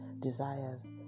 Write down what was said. desires